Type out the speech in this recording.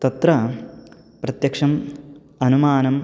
तत्र प्रत्यक्षम् अनुमानम्